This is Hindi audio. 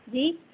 जी